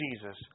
Jesus